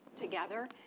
together